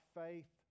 faith